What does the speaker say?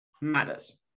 matters